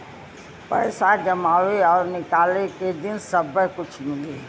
पैसा जमावे और निकाले के दिन सब्बे कुछ मिली